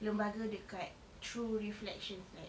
lembaga dekat through reflections like